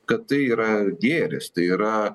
kad tai yra gėris tai yra